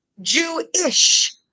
Jew-ish